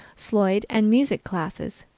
sloyd and music classes.